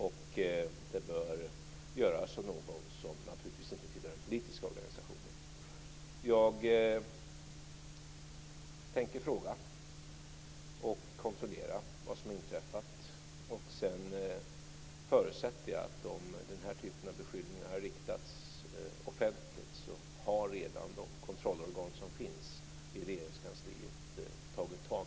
Det bör naturligtvis göras av någon som inte tillhör den politiska organisationen. Jag tänker fråga, och kontrollera vad som har inträffat. Sedan förutsätter jag att om den här typen av beskyllningar har riktats offentligt så har redan de kontrollorgan som finns i Regeringskansliet tagit tag i saken.